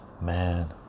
man